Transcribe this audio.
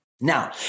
Now